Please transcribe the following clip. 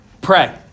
Pray